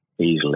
easily